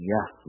Yes